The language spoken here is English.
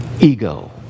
Ego